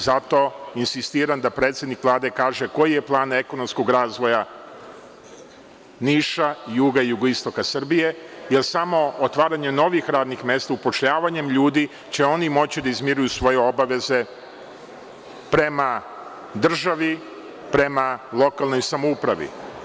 Zato insistiram da predsednik Vlade kaže koji je plan ekonomskog razvoja Niša, juga i jugoistoka Srbije, jer samo otvaranje novih radnih mesta, upošljavanjem ljudi će oni moći da izmiruju svoje obaveze prema državi, prema lokalnoj samoupravi.